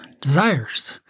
desires